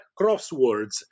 crosswords